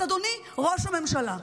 אז אדוני ראש הממשלה,